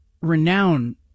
renowned